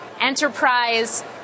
enterprise